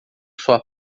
sua